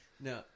no